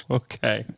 okay